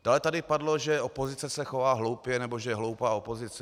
Dále tady padlo, že opozice se chová hloupě nebo že je hloupá opozice.